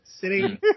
sitting